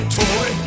toy